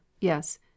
Yes